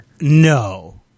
No